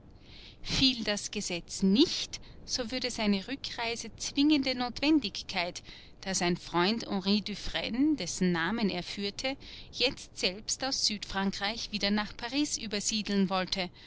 fiel das gesetz nicht so wurde seine rückreise zwingende notwendigkeit da sein freund henry dufresne dessen namen er führte jetzt selbst aus südfrankreich wieder nach paris übersiedeln wollte